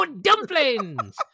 Dumplings